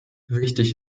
wichtig